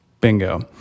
Bingo